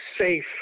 safe